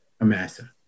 Amasa